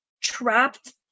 trapped